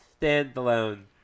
standalone